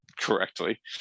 correctly